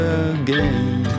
again